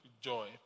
joy